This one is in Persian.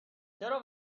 چرا